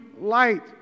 light